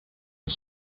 has